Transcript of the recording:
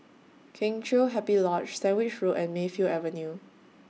Kheng Chiu Happy Lodge Sandwich Road and Mayfield Avenue